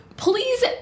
Please